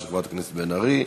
של חברת הכנסת בן ארי,